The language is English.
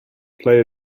play